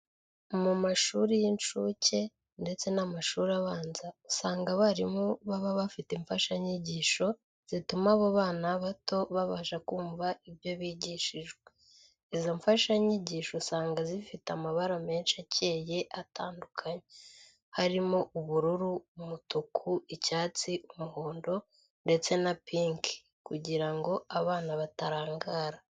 Mu mashuri y'incuke, ndetse n'amashuri abanza, usanga abarimu baba bafite imfashanyigisho zituma abo bana bato babasha kumva ibyo bigishijwe. Izo mfasha nyigisho usanga zifite amabara menshi akeye atandukanye, harimo ubururu, umutuku, icyatsi, umuhondo, ndetse na pinki, kugira ngo abana batarangara.